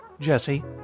Jesse